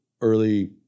early